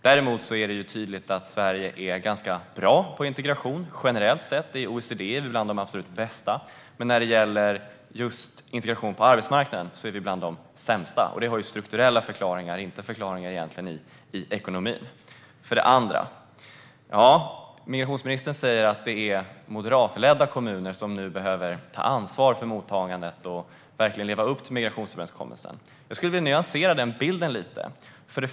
Sverige är generellt sett ganska bra på integration. I OECD är vi bland de bästa. Men när det gäller just integration på arbetsmarknaden är vi bland de sämsta. Det har strukturella förklaringar, inte ekonomiska. Det andra gäller att ministern säger att det är moderatledda kommuner som nu behöver ta ansvar för mottagandet och leva upp till migrationsöverenskommelsen. Låt mig nyansera den bilden lite.